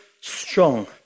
strong